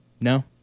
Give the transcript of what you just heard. No